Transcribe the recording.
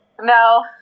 No